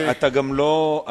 אתה גם תמשיך,